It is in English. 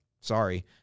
Sorry